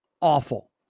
awful